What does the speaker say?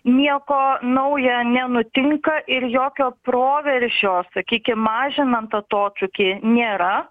nieko nauja nenutinka ir jokio proveržio sakykim mažinant atotrūkį nėra